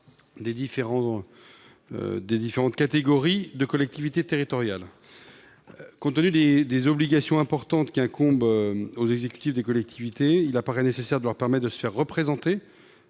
des différentes catégories de collectivités territoriales. Compte tenu des obligations importantes incombant aux exécutifs des collectivités, il paraît nécessaire de leur permettre de se faire représenter